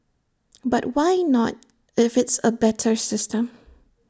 but why not if it's A better system